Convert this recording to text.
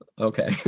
Okay